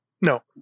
No